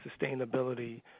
sustainability